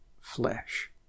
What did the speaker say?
flesh